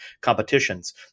competitions